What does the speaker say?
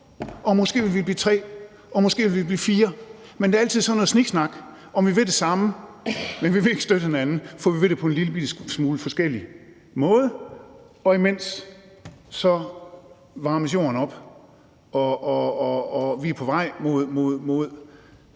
og måske vil vi blive tre, og måske vil vi blive fire. Men det er altid sådan noget sniksnak om, at vi vil det samme, men vi vil ikke støtte hinanden, for vi vil det på en lillebitte smule forskellige måder. Og imens varmes Jorden op, og vi er på vej mod